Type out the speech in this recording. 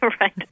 Right